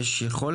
יש לנו